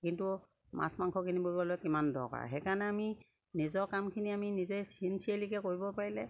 কিন্তু মাছ মাংস কিনিব গ'লে কিমান দৰকাৰ সেইকাৰণে আমি নিজৰ কামখিনি আমি নিজে চিনচিয়েলিকে কৰিব পাৰিলে